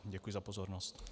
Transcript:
Děkuji za pozornost.